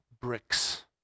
bricks